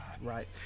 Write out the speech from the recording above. Right